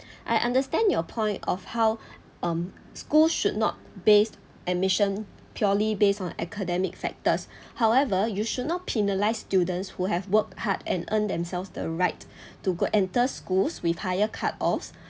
I understand your point of how um schools should not based admission purely based on academic factors however you should not penalise students who have worked hard and earn themselves the right to go enter schools with higher cut offs